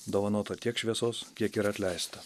dovanota tiek šviesos kiek ir atleista